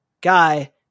guy